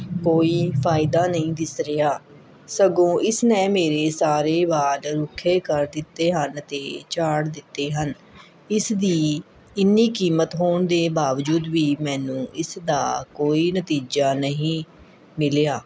ਕੋਈ ਫਾਇਦਾ ਨਹੀਂ ਦਿਸ ਰਿਹਾ ਸਗੋਂ ਇਸ ਨੇ ਮੇਰੇ ਸਾਰੇ ਵਾਲ ਰੁੱਖੇ ਕਰ ਦਿੱਤੇ ਹਨ ਅਤੇ ਝਾੜ ਦਿੱਤੇ ਹਨ ਇਸ ਦੀ ਇੰਨੀ ਕੀਮਤ ਹੋਣ ਦੇ ਬਾਵਜੂਦ ਵੀ ਮੈਨੂੰ ਇਸ ਦਾ ਕੋਈ ਨਤੀਜਾ ਨਹੀਂ ਮਿਲਿਆ